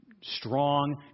strong